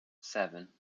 seven